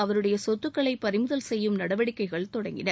அவருடைய சொத்துக்களை பறிமுதல் செய்யும் நடவடிக்கைகள் தொடங்கின